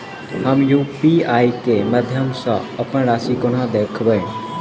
हम यु.पी.आई केँ माध्यम सँ अप्पन राशि कोना देखबै?